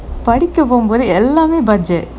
படிக்கும்போது எல்லாமே:padikumpothu ellaamae budget